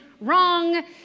wrong